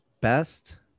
best